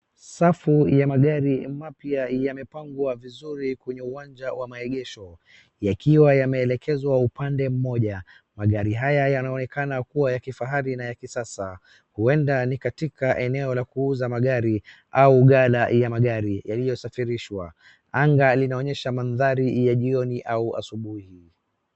safu ya magari mapya yamepangwa vizuri kwenye uwanaja wa maegesho yakiwa yameelekezwa upande mmoja. Magari haya yanaonekana kuwa ya kifahari na ya kisasa. Huenda ni katika eneo la kuuza magari au gala ya magari yaliyosafirishwa. Anga linaonyesha mandhari ya jioni ua asubuhi.